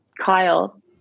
Kyle